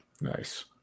Nice